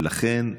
ולכן תכננו,